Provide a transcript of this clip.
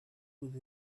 with